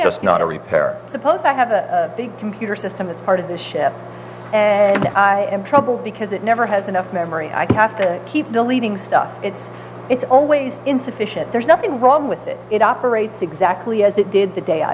it's not a repair suppose i have a big computer system as part of the ship and i am troubled because it never has enough memory i have to keep believing stuff it's it's always insufficient there's nothing wrong with it it operates exactly as it did the day i